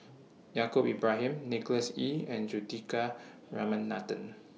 Yaacob Ibrahim Nicholas Ee and Juthika Ramanathan